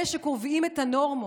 אלה שקובעים את הנורמות,